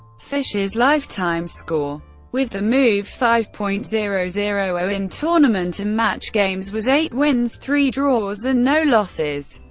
fischer's lifetime score with the move five point zero zero in tournament and match games was eight wins, three draws, and no losses.